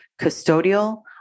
custodial